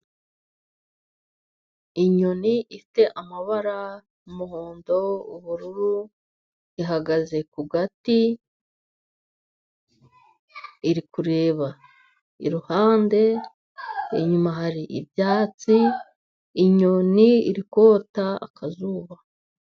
Inyoni ifite amabara umuhondo, ubururu. Ihagaze ku gati iri kureba iruhande, inyuma hari ibyatsi. Inyoni iri kota akazuba.